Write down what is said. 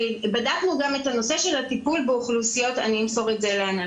בדקנו גם את הנושא של הטיפול באוכלוסיות חלשות